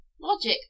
Logic